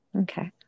Okay